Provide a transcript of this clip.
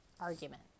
argument